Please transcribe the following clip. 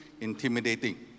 intimidating